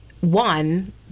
one